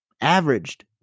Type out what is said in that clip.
averaged